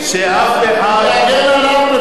אני אגן עליו בפניך,